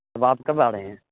تو آپ کب آ رہے ہیں